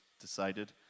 decided